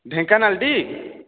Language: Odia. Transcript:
ଢେଙ୍କାନାଳଟି